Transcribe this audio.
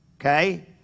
Okay